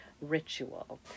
ritual